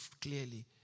clearly